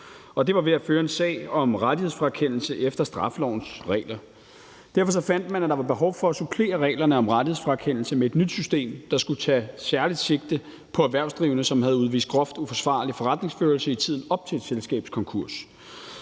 det var ved at føre en sag om rettighedsfrakendelse efter straffelovens regler. Derfor fandt man, at der var behov for at supplere reglerne om rettighedsfrakendelse med et nyt system, der skulle tage særligt sigte på erhvervsdrivende, som havde udvist groft uforsvarlig forretningsførelse i tiden op til et selskabs konkurs.